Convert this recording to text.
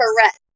Correct